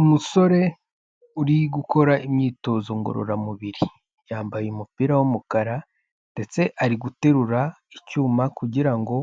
Umusore uri gukora imyitozo ngororamubiri, yambaye umupira w'umukara ndetse ari guterura icyuma kugira ngo